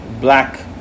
Black